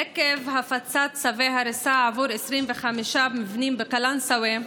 עקב הפצת צווי הריסה ל-25 מבנים בקלנסווה,